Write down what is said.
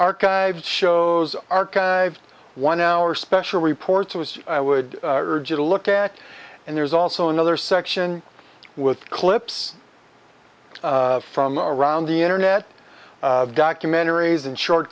archived shows archived one hour special reports was i would urge you to look at and there's also another section with clips from around the internet documentaries and short